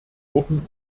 worten